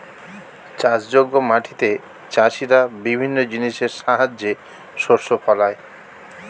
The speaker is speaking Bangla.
চাষযোগ্য মাটিতে চাষীরা বিভিন্ন জিনিসের সাহায্যে শস্য ফলায়